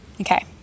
Okay